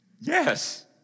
Yes